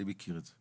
אני מכיר את זה,